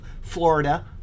Florida